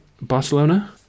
Barcelona